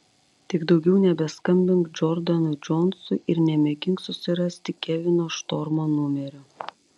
tik daugiau nebeskambink džordanui džonsui ir nemėgink susirasti kevino štormo numerio